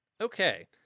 Okay